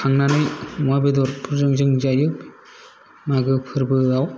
खांनानै अमा बेदरफोरजों जों जायो मागो फोरबोआव